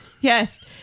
Yes